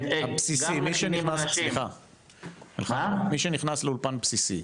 וגם --- אלחנדרו, מי שנכנס לאולפן בסיסי?